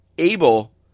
Able